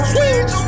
Sweet